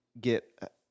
get